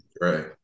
Right